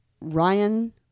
Ryan